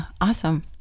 awesome